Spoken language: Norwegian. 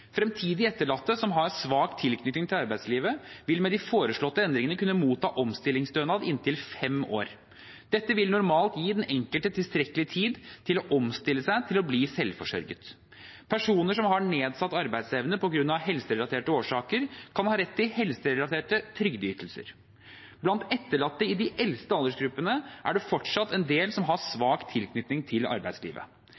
etterlatte som har svak tilknytning til arbeidslivet, vil med de foreslåtte endringene kunne motta omstillingsstønad i inntil fem år. Dette vil normalt gi den enkelte tilstrekkelig tid til å omstille seg til å bli selvforsørget. Personer som har nedsatt arbeidsevne av helserelaterte årsaker, kan ha rett til helserelaterte trygdeytelser. Blant etterlatte i de eldste aldersgruppene er det fortsatt en del som har